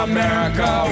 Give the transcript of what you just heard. America